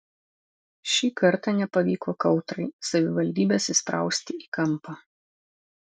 šį kartą nepavyko kautrai savivaldybės įsprausti į kampą